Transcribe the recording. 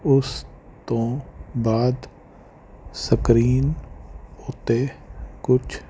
ਉਸ ਤੋਂ ਬਾਅਦ ਸਕਰੀਨ ਉੱਤੇ ਕੁਛ